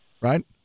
Right